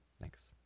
Thanks